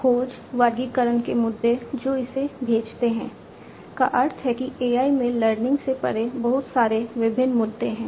खोज वर्गीकरण के मुद्दे जो इसे भेजते हैं का अर्थ है कि AI में लर्निंग से परे बहुत सारे विभिन्न मुद्दे हैं